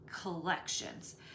collections